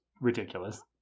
ridiculous